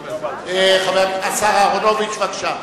השר אהרונוביץ, בבקשה.